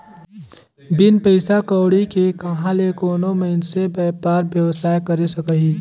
बिन पइसा कउड़ी के कहां ले कोनो मइनसे बयपार बेवसाय करे सकही